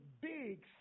big